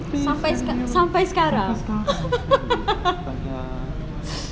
sampai seka~ sampai sekarang